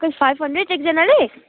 खै five hundred एकजनाले